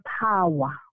power